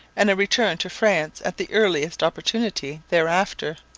and a return to france at the earliest opportunity thereafter.